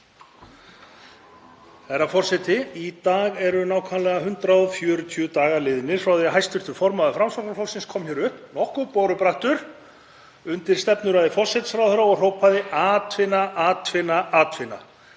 Herra forseti. Í dag eru nákvæmlega 140 dagar liðnir frá því að hæstv. formaður Framsóknarflokksins kom hér upp nokkuð borubrattur, undir stefnuræðu forsætisráðherra, og hrópaði: Atvinna, atvinna, atvinna.